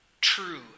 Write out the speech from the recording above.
true